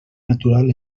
natural